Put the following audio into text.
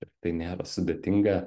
ir tai nėra sudėtinga